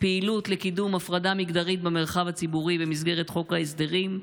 פעילות לקידום הפרדה מגדרית במרחב הציבורי במסגרת חוק ההסדרים,